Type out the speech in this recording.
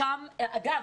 אגב,